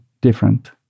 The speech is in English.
different